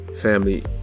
Family